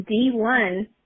D1